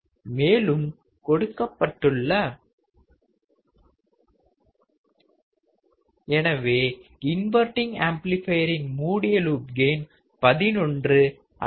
மேலும் கொடுக்கப்பட்டுள்ள எனவே இன்வர்டிங் ஆம்ப்ளிபையரின் மூடிய லூப் கெயின் 11 அல்லது 20